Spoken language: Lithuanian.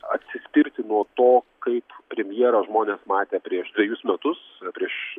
atsispirti nuo to kaip premjerą žmonės matė prieš dvejus metus prieš